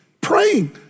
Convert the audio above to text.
praying